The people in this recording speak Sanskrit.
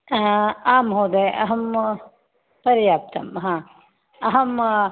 आ महोदय अहं पर्याप्तम् हा अहम्